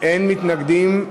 אין מתנגדים,